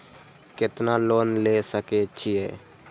केतना लोन ले सके छीये?